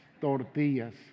tortillas